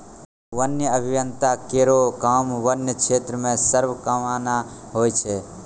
वन्य अभियंता केरो काम वन्य क्षेत्र म सर्वे करना होय छै